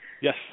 Yes